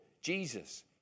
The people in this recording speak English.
Jesus